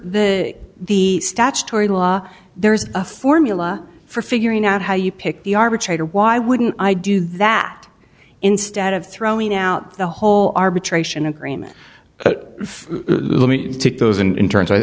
under the statutory law there's a formula for figuring out how you pick the arbitrator why wouldn't i do that instead of throwing out the whole arbitration agreement